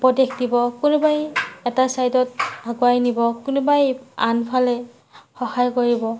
উপদেশ দিব কোনোবাই এটা চাইদত আগুৱাই নিব কোনোবাই আনফালে সহায় কৰিব